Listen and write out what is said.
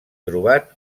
trobat